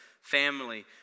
family